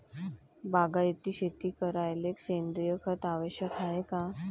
बागायती शेती करायले सेंद्रिय खत आवश्यक हाये का?